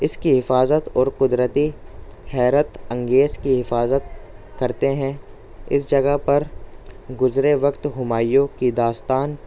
اس کی حفاظت اور قدرتی حیرت انگیز کی حفاظت کرتے ہیں اس جگہ پر گزرے وقت ہمایوں کی داستان